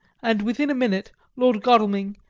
and within a minute lord godalming,